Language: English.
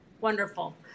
wonderful